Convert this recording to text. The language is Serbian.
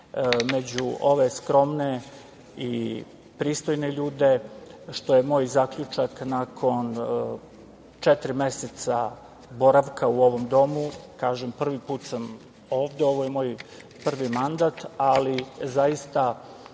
među ove skromne i pristojne ljude, što je moj zaključak nakon četiri meseca boravka u ovom domu. Kažem, prvi put sam ovde. Ovo je moj prvi mandat, ali zaista